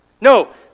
No